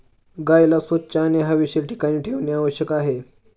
गाईला स्वच्छ आणि हवेशीर ठिकाणी ठेवणे आवश्यक आहे